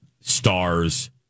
stars